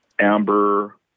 amber